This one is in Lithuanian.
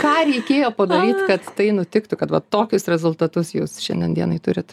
ką reikėjo padaryt kad tai nutiktų kad va tokius rezultatus jūs šiandien dienai turit